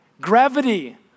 gravity